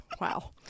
Wow